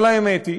אבל האמת היא